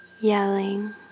yelling